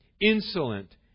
insolent